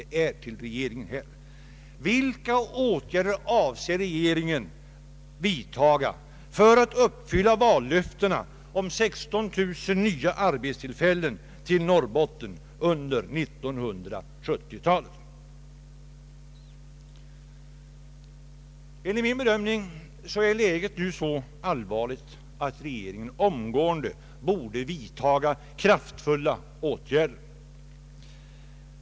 Vilka åtgärder avser regeringen att vidtaga för att uppfylla vallöftena om 16 000 nya arbetstillfällen till Norrbotten under 1970 talet? Enligt min bedömning är läget nu så allvarligt att regeringen omgående borde vidtaga kraftfulla åtgärder.